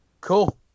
cool